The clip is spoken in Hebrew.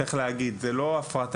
צריך להגיד זה לא הפרטה,